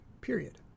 period